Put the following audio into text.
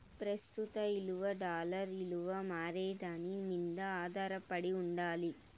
ప్రస్తుత ఇలువ డాలర్ ఇలువ మారేదాని మింద ఆదారపడి ఉండాలి